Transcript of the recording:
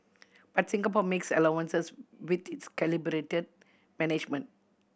but Singapore makes allowances with its calibrated management